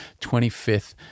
25th